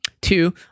Two